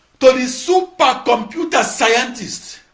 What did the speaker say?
to the supercomputer scientist,